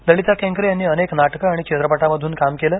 ललिता केंकरे यांनी अनेक नाटकं आणि चित्रपटांमधून काम केलं